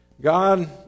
God